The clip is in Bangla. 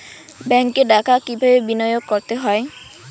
ব্যাংকে টাকা কিভাবে বিনোয়োগ করতে হয়?